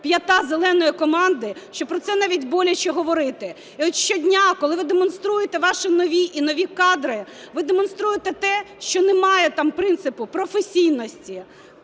п'ята "зеленої" команди, що про це навіть боляче говорити. І от щодня, коли ви демонструєте ваші нові і нові кадри, ви демонструєте те, що немає там принципу професійності,